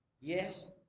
Yes